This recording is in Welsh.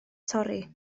torri